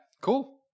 cool